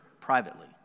privately